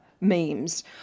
memes